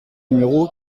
numéro